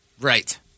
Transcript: Right